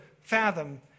fathom